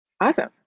Awesome